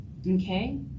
okay